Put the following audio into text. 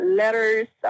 letters